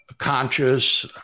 conscious